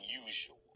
unusual